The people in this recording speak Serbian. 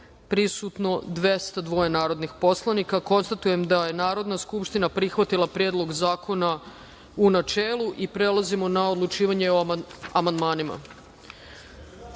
prisutno 202 narodnih poslanika. Konstatujem da je Narodna skupština prihvatila Predlog zakona u načelu. Prelazimo na odlučivanje o amandmanima. Na